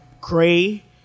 gray